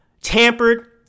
tampered